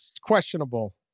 questionable